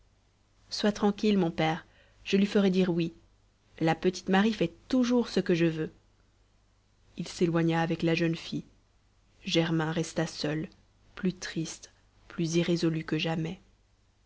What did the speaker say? sois tranquille mon père je lui ferai dire oui la petite marie fait toujours ce que je veux il s'éloigna avec la jeune fille germain resta seul plus triste plus irrésolu que jamais